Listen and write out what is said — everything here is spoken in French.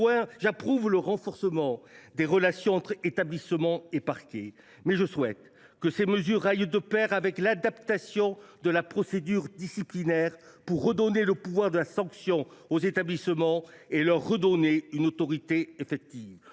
J’approuve le renforcement des relations entre établissements et parquets. Cependant, je souhaite que ces mesures aillent de pair avec l’adaptation de la procédure disciplinaire pour rendre aux établissements le pouvoir de la sanction et leur redonner une autorité effective.